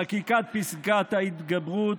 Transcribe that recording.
חקיקת פסקת ההתגברות,